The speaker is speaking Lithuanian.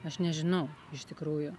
aš nežinau iš tikrųjų